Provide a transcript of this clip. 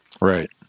Right